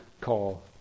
call